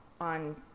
on